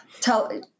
tell